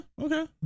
Okay